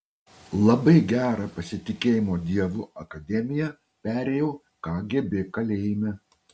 labai gerą pasitikėjimo dievu akademiją perėjau kgb kalėjime